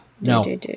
No